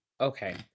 Okay